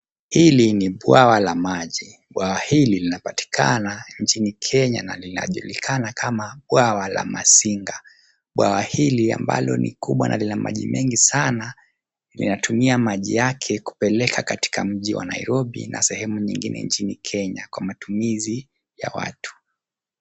Hili ni bwawa la maji. Bwawa hili linapatikana nchini Kenya na linajulikana kama bwawa la Masinga. Bwawa hili ambalo ni kubwa na lina maji mengi sana linatumia maji yake kupeleka katika mji wa Nairobi na sehemu nyingine nchini Kenya kwa matumizi ya watu.